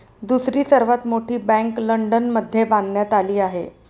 दुसरी सर्वात मोठी बँक लंडनमध्ये बांधण्यात आली आहे